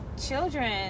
children